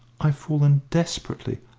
i've fallen desperately,